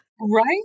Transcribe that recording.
Right